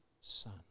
son